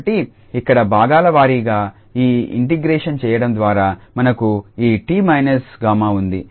కాబట్టి ఇక్కడ భాగాల వారీగా ఈ ఇంటిగ్రేషన్ చేయడం ద్వారా మనకు ఈ 𝑡−𝜏 ఉంది